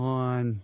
on